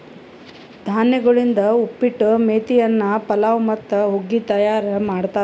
ಧಾನ್ಯಗೊಳಿಂದ್ ಉಪ್ಪಿಟ್ಟು, ಮೇತಿ ಅನ್ನ, ಪಲಾವ್ ಮತ್ತ ಹುಗ್ಗಿ ತೈಯಾರ್ ಮಾಡ್ತಾರ್